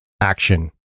action